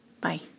Bye